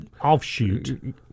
offshoot